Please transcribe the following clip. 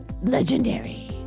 legendary